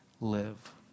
live